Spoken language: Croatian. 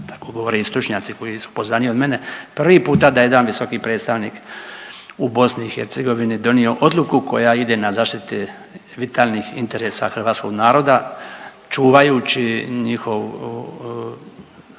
tako govore i stručnjaci koji su upoznaniji od mene, prvi puta da je jedan visoki predstavnik u BiH donio odluku koja ide na zaštiti vitalnih interesa hrvatskog naroda čuvajući njihovu